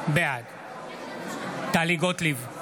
בעד טלי גוטליב,